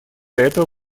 этого